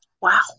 Wow